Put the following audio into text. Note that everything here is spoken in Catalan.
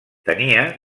tenia